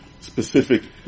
specific